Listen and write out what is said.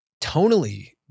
tonally